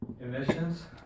Emissions